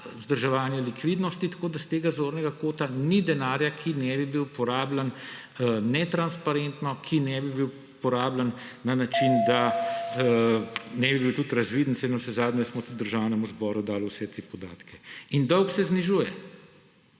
vzdrževanje likvidnosti, tako da s tega zornega kota ni denarja, ki ne bi bil uporabljan netransparentno, ki ne bi bil uporabljan na način, da ne bi bilo tudi razvidno, saj navsezadnje smo tudi Državnemu zboru dali vse te podatke. In dolg se znižuje